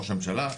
ראש הממשלה.